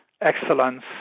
excellence